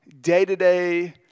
day-to-day